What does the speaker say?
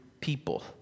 people